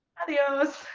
adios!